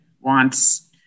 wants